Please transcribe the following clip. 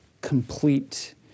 complete